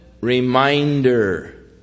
reminder